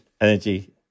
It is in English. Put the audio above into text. energy